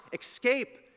escape